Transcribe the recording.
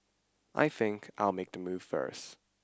I think I'll make a move first